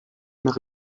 mehr